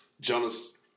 Jonas